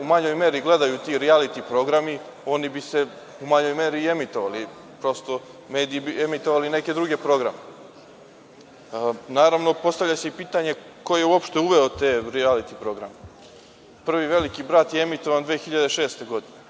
u manjoj meri gledaju ti rijaliti programi, oni bi se u manjoj meri i emitovali. Prosto, mediji bi emitovali neke druge programe. Naravno, postavlja se i pitanje ko je uopšte uveo te rijaliti programe? Prvi „Veliki brat“ je emitovan 2006. godine.